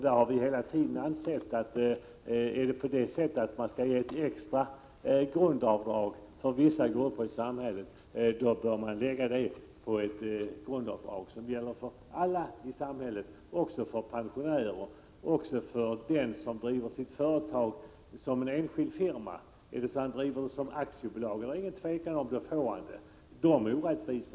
Vi har hela tiden ansett att man i stället för att ge möjlighet till ett sådant grundavdrag för vissa grupper i samhället bör ge ett sådant grundavdrag till alla, också till pensionärer och till dem som driver sitt företag som en enskild firma. Den som driver företaget som aktiebolag får det utan vidare, vilket inte är rättvist.